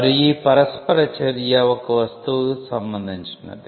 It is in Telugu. మరియు ఈ పరస్పర చర్య ఒక వస్తువుకు సంబంధించినది